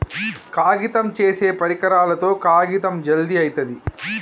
కాగితం చేసే పరికరాలతో కాగితం జల్ది అయితది